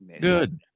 Good